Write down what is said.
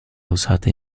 usata